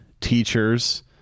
teachers